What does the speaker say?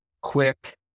quick